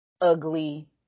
ugly